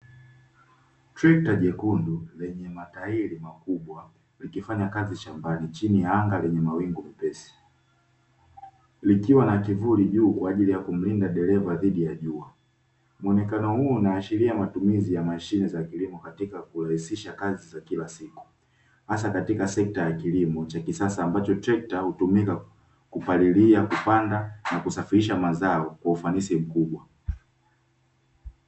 Trekta jekundu lenye matairi makubwa. likifanya kazi shambani chini ya anga lenye mawingu mepesi, likiwa na kivuli juu kwa ajili ya kumlinda dereva dhidi ya jua. Muonekano huu unaashiria matumizi ya mashine za kilimo katika kurahisisha kazi za kila siku, hasa katika sekta ya kilimo cha kisasa ambacho trekta hutumika kupalilia, kupanda, na kusafirisha mazao kwa ufanisi mkubwa.